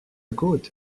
côte